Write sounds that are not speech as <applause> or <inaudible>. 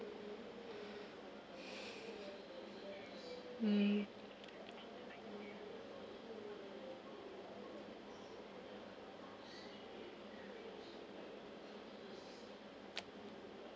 <breath> mm <noise>